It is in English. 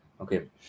okay